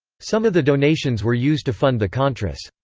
some of the donations were used to fund the contras.